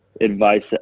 advice